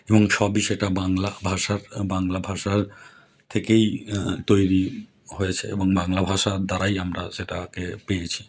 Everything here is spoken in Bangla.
এবং সবই সেটা বাংলা ভাষার বাংলা ভাষার থেকেই তৈরি হয়েছে এবং বাংলা ভাষার দ্বারাই আমরা সেটাকে পেয়েছি